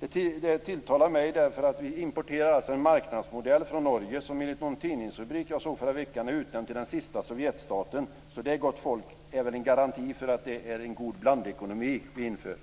Det tilltalar mig, därför att vi alltså importerar en marknadsmodell från Norge, som enligt någon tidningsrubrik jag såg förra veckan har utnämnts till den sista sovjetstaten: Det, gott folk, är väl en garanti för att det är en god blandekonomi som vi inför.